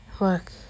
Look